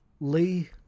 Lee